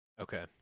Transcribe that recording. Okay